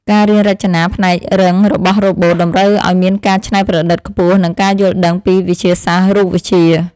ការរៀនរចនាផ្នែករឹងរបស់រ៉ូបូតតម្រូវឱ្យមានការច្នៃប្រឌិតខ្ពស់ និងការយល់ដឹងពីវិទ្យាសាស្ត្ររូបវិទ្យា។